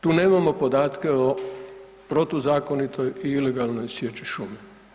Tu nemamo podatke o protuzakonitoj i ilegalnoj sječi šume.